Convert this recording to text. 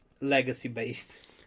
legacy-based